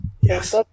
Yes